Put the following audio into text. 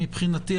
מבחינתי,